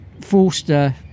Forster